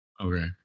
Okay